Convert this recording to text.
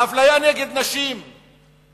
האפליה נגד נשים בשכר,